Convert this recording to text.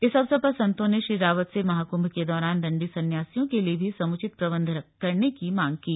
इस अवसर पर संतों ने श्री रावत से महाकुम्भ के दौरान दंडी सन्यासियों के लिये भी समुचित प्रबन्ध करने की मांग रखी